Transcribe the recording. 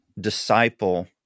disciple